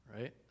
Right